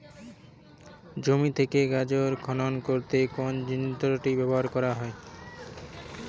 জমি থেকে গাজর খনন করতে কোন যন্ত্রটি ব্যবহার করা হয়?